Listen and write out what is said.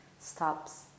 stops